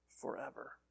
forever